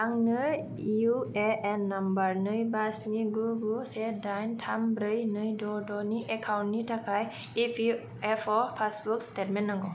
आंनो UAN number नै बा स्नि गु गु से दाइन थाम ब्रै नै द' द' नि एकाउन्टनि थाखाय इपिएफअ पासबुक स्टेटमेन्ट नांगौ